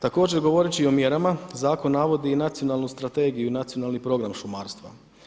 Također govoreći o mjerama, zakon navodi i nacionalnu strategiju i nacionali program šumarstva.